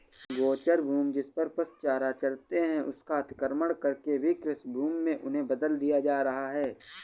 गोचर भूमि, जिसपर पशु चारा चरते हैं, उसका अतिक्रमण करके भी कृषिभूमि में उन्हें बदल दिया जा रहा है